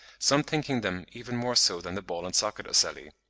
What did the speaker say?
some thinking them even more so than the ball-and-socket ocelli.